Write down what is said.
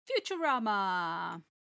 Futurama